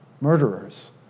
Murderers